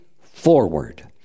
forward